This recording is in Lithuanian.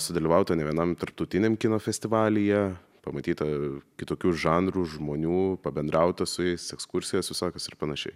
sudalyvauta ne vienam tarptautiniam kino festivalyje pamatyta kitokių žanrų žmonių pabendrauta su jais ekskursijos visokios ir panašiai